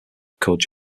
occurred